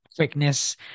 quickness